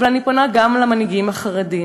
אבל אני פונה גם למנהיגים החרדים,